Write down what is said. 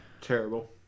Terrible